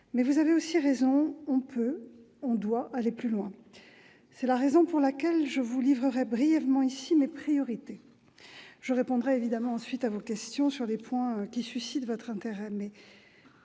Mais vous avez raison : on peut, on doit aller plus loin. C'est la raison pour laquelle je vous livrerai brièvement ici mes priorités. Je répondrai ensuite aux questions sur des points plus particuliers qui suscitent votre intérêt.